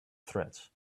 threads